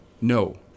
no